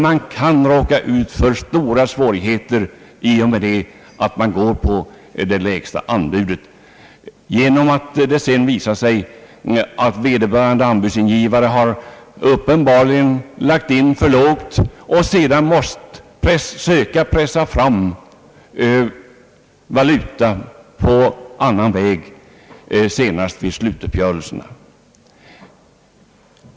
Man kan råka ut för stora svårigheter om man tar det lägsta anbudet, eftersom det sedan kan visa sig att vederbörande anbudsgivare uppenbarligen räknat för lågt och sedan måste pressa fram valuta på annan väg, senast i slutuppgörelsen.